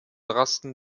rasten